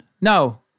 No